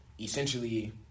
essentially